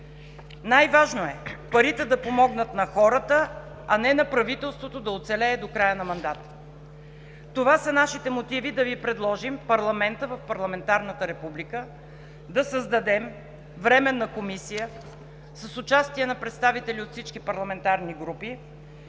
Най-важно е парите да помогнат на хората, а не на правителството да оцелее до края на мандата. Това са нашите мотиви да Ви предложим в парламента, в парламентарната република, да създадем Временна комисия с участие на представители от всички парламентарни групи,